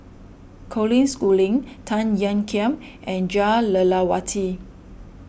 Colin Schooling Tan Ean Kiam and Jah Lelawati